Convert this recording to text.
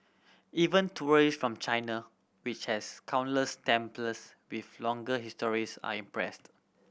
even tourist from China which has countless temples with longer histories are impressed